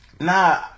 nah